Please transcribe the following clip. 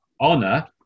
Honor